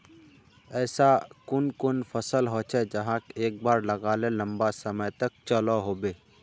ऐसा कुन कुन फसल होचे जहाक एक बार लगाले लंबा समय तक चलो होबे?